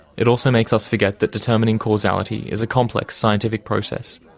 it also makes us forget that determining causality is a complex scientific process,